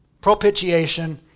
Propitiation